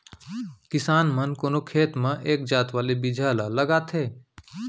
किसान मन कोनो खेत म एक जात वाले बिजहा ल लगाथें